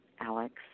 Alex